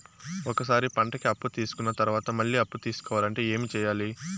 ఒక సారి పంటకి అప్పు తీసుకున్న తర్వాత మళ్ళీ అప్పు తీసుకోవాలంటే ఏమి చేయాలి?